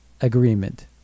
Agreement